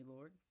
Lord